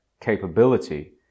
capability